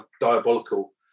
diabolical